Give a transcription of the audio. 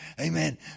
amen